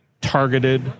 targeted